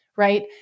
right